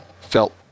felt